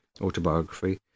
autobiography